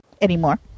anymore